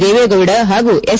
ದೇವೇಗೌಡ ಹಾಗೂ ಎಸ್